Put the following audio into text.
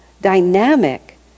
dynamic